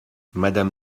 madame